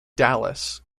dallas